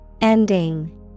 Ending